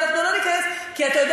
אני יכולה לספור לך כמה טייקונים,